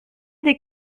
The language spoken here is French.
des